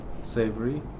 Savory